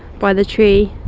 by the tree.